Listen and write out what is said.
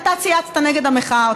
אתה צייצת נגד המחאה.